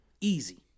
easy